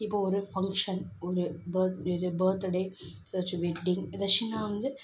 இப்போது ஒரு ஃபங்க்ஷன் ஒரு பர்த் இது பர்த்துடே ஏதாச்சும் வெட்டிங் ஏதாச்சுன்னா வந்து